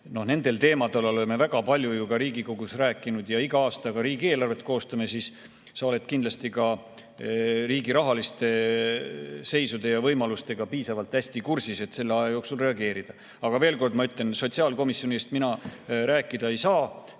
nendel teemadel oleme väga palju Riigikogus rääkinud ja iga aasta ka riigieelarvet koostame, siis sa oled kindlasti ka riigi rahaliste seisude ja võimalustega piisavalt hästi kursis, et selle aja jooksul reageerida. Aga veel kord ma ütlen, sotsiaalkomisjoni eest mina rääkida ei saa,